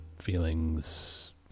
feelings